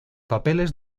papeles